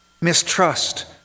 Mistrust